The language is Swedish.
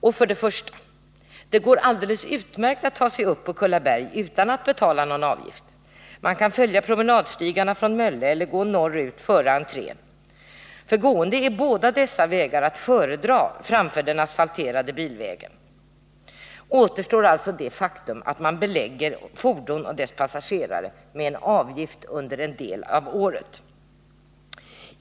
Först och främst går det alldeles utmärkt att ta sig upp på Kullaberg utan att betala någon avgift. Man kan följa promenadstigarna från Mölle, eller gå norrut före entrén. För gående är båda dessa vägar att föredra framför den asfalterade bilvägen. Återstår alltså det faktum att man belägger fordon och deras passagerare med en avgift under en del av året.